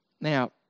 Now